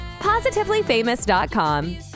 PositivelyFamous.com